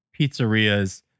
Pizzerias